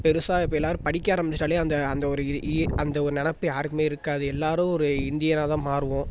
பெருசாக இப்போ எல்லாரும் படிக்க ஆரம்பிச்சிட்டாலே அந்த அந்த ஒரு இது இ அந்த ஒரு நினப்பு யாருக்குமே இருக்காது எல்லாரும் ஒரு இந்தியனாக தான் மாறுவோம்